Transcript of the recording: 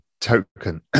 token